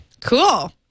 Cool